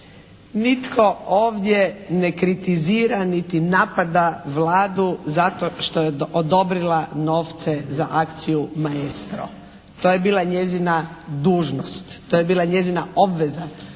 Nitko ovdje ne kritizira niti napada Vladu zato što je odobrila novce za akciju "Maestro". To je bila njezina dužnost, to je bila njezina obveza.